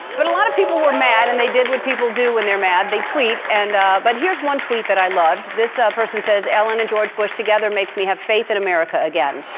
but a lot of people were mad and they did what people do when they're mad. they tweet and. ah but here's one tweet that i loved. this ah person says ellen and george bush together makes me have faith in america again.